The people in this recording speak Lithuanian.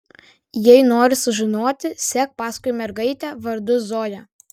jei nori sužinoti sek paskui mergaitę vardu zoja